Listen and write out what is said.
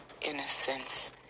innocence